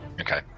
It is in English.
Okay